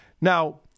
Now